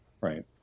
right